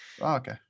okay